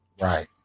Right